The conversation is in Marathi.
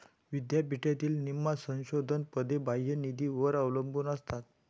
विद्यापीठातील निम्म्या संशोधन पदे बाह्य निधीवर अवलंबून असतात